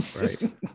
Right